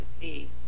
see